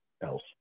else